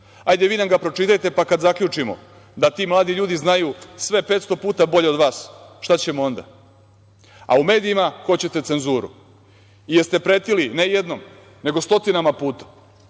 Ajde vi nam ga pročitajte, pa kada zaključimo da ti mladi ljudi znaju sve 500 puta bolje od vas, šta ćemo onda. A, u medijima hoćete cenzuru. Jeste pretili, ne samo jednom nego stotinama puta